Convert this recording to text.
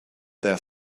their